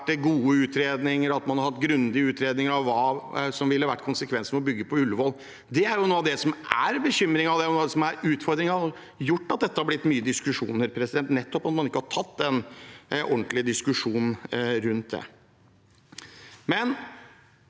at man har hatt grundige utredninger av hva som ville vært konsekvensen ved å bygge på Ullevål. Det er noe av det som er bekymringen og utfordringen, og som har gjort at det har blitt mye diskusjoner, nettopp at man ikke har tatt en ordentlig diskusjon rundt det. Jeg